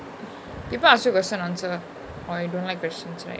people ask you question answer lah oh you don't like questions right